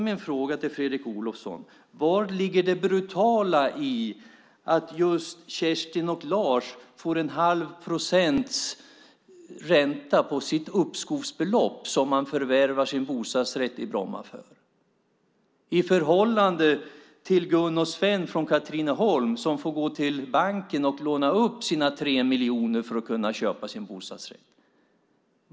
Min fråga till Fredrik Olovsson är: Var ligger det brutala i att Kerstin och Lars från Bromma får 1⁄2 procents ränta på sitt uppskovsbelopp, som de förvärvar sin bostadsrätt för, medan Gun och Sven från Katrineholm får gå till banken och låna upp 3 miljoner för att kunna köpa sin bostadsrätt?